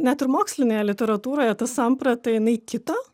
net ir mokslinėje literatūroje ta samprata jinai kito